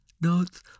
notes